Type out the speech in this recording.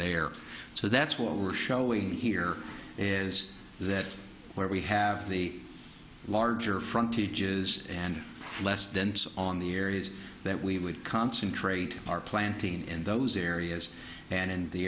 there so that's what we're showing here is that where we have the larger frontage is and less dense on the areas that we would concentrate our planting in those areas and in the